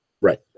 right